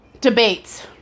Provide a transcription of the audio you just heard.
debates